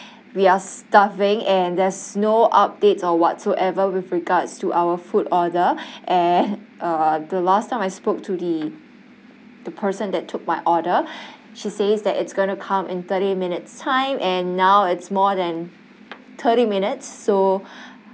we are starving and there's no updates or whatsoever with regards to our food order and uh the last time I spoke to the the person that took my order she says that it's gonna come in thirty minutes time and now it's more than thirty minutes so